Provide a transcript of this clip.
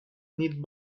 need